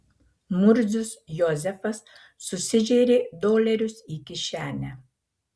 murzius jozefas susižėrė dolerius į kišenę